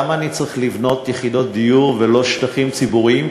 למה אני צריך לבנות דיור ולא שטחים ציבוריים,